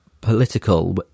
political